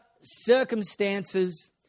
circumstances